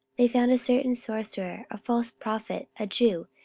they found a certain sorcerer, a false prophet, a jew,